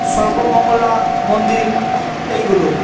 সর্বমঙ্গলা মন্দির এইগুলো